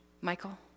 Michael